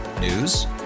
News